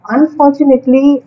Unfortunately